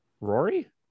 Rory